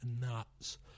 nuts